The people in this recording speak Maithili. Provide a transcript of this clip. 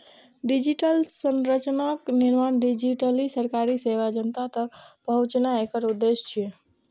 डिजिटल संरचनाक निर्माण, डिजिटली सरकारी सेवा जनता तक पहुंचेनाय एकर उद्देश्य छियै